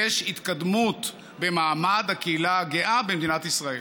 יש התקדמות במעמד הקהילה הגאה במדינת ישראל.